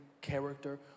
character